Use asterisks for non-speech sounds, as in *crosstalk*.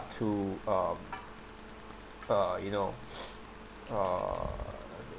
to um uh you know *noise* err